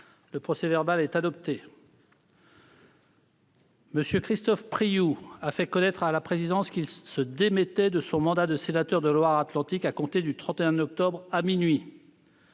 Le procès-verbal est adopté. M. Christophe Priou a fait connaître à la présidence qu'il se démettait de son mandat de sénateur de la Loire-Atlantique à compter du 31 octobre, à minuit.